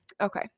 Okay